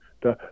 da